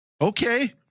Okay